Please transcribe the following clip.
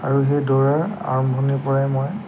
আৰু সেই দৌৰাৰ আৰম্ভণিৰ পৰাই মই